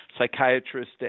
psychiatrist